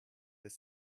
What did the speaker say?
des